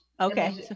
Okay